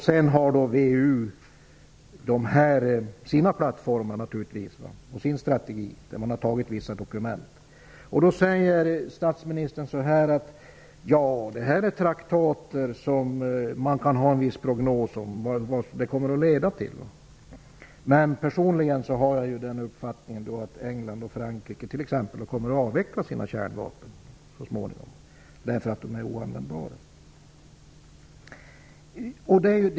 Sedan har givetvis VEU sina ''plattformar'' och sin strategi, där man beslutat om vissa dokument. Nu säger statsministern: Detta är traktat som man kan ha en viss prognos om vad de kommer att leda till, men personligen har jag uppfattningen att t.ex. England och Frankrike så småningom kommer att avveckla sina kärnvapen, därför att de är oanvändbara.